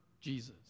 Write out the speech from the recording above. Jesus